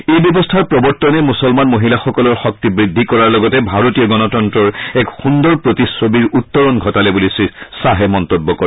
এই ব্যৱস্থাৰ প্ৰৰৰ্তনে মুছলমান মহিলাসকলৰ শক্তি বৃদ্ধি কৰাৰ লগতে ভাৰতীয় গণতন্তৰৰ এক সুন্দৰ প্ৰতিচ্ছবিৰ উত্তৰণ ঘটালে বুলি শ্ৰীশ্বাহে মন্তব্য কৰে